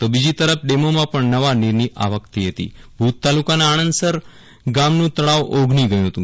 તો બીજી તરફ ડેમોમા પણ નવા નીરની આવક થઇ હતી ભુજ તાલુકાના આણંદસર ગામનું તળાવ ઓગની ગયું હતું